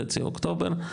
חצי אוקטובר.